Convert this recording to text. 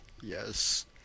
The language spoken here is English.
Yes